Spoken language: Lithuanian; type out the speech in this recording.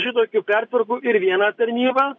šitokių pertvarkų ir vieną tarnybą